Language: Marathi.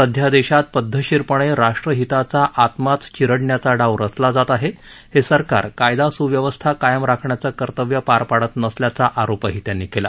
सध्या देशात पदधतशीरपणे राष्ट्रहिताचा आत्माच चिरडण्याचा डाव रचला जात आहे हे सरकार कायदा सुव्यवस्था कायम राखण्याचं कर्तव्य पार पाडत नसल्याचा आरोपही त्यांनी केला